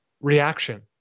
reaction